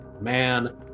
man